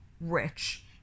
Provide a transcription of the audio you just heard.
rich